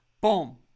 Boom